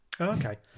Okay